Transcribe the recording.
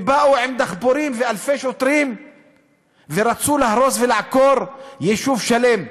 ובאו עם דחפורים ואלפי שוטרים ורצו להרוס ולעקור יישוב שלם.